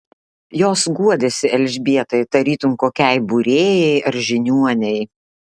jos guodėsi elžbietai tarytum kokiai būrėjai ar žiniuonei